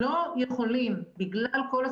אני מניח שכמערכת בריאות,